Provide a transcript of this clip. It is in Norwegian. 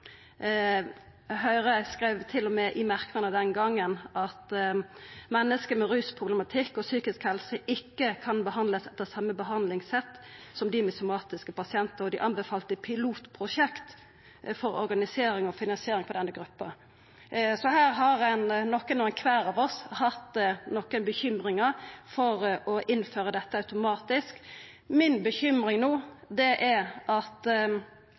Høgre skreiv til og med i merknadene den gongen at «mennesker med rusproblematikk og psykisk helse ikke kan behandles etter samme behandlingssett som somatiske pasienter». Dei anbefalte pilotprosjekt for organisering og finansiering for denne gruppa. Så her har nokon kvar av oss hatt bekymringar for å innføra dette automatisk. Mi bekymring no er at